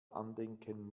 andenken